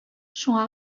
шуңа